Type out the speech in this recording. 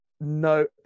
No